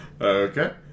Okay